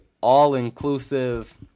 all-inclusive